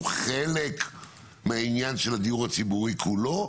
חלק מהעניין של הדיור הציבורי כולו,